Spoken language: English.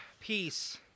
peace